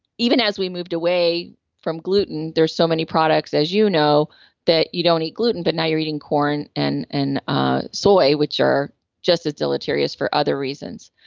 even as we moved away from gluten, there are so many products as you know that you don't eat gluten, but now you're eating corn and and ah soy which are just as deleterious for other reasons.